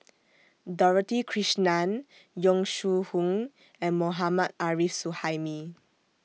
Dorothy Krishnan Yong Shu Hoong and Mohammad Arif Suhaimi